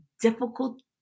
difficult